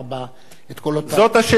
זאת השאלה הגדולה.